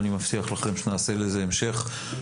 ואני מבטיח לכם שנעשה לזה המשך.